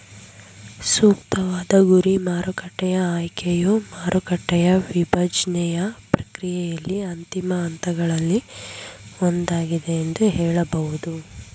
ಸೂಕ್ತವಾದ ಗುರಿ ಮಾರುಕಟ್ಟೆಯ ಆಯ್ಕೆಯು ಮಾರುಕಟ್ಟೆಯ ವಿಭಜ್ನೆಯ ಪ್ರಕ್ರಿಯೆಯಲ್ಲಿ ಅಂತಿಮ ಹಂತಗಳಲ್ಲಿ ಒಂದಾಗಿದೆ ಎಂದು ಹೇಳಬಹುದು